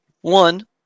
one